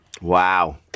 wow